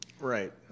Right